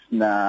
na